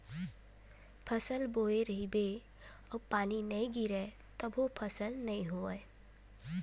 फसल बोए रहिबे अउ पानी नइ गिरिय तभो फसल नइ होवय